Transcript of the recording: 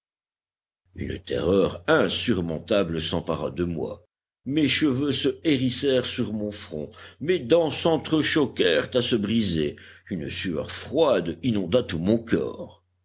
une terreur insurmontable s'empara de moi mes cheveux se hérissèrent sur mon front mes dents sentre choquèrent à se briser une sueur froide inonda tout mon corps